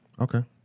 Okay